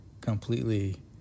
completely